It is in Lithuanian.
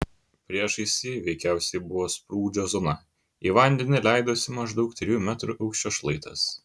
priešais jį veikiausiai buvo sprūdžio zona į vandenį leidosi maždaug trijų metrų aukščio šlaitas